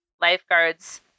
Lifeguards